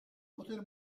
poter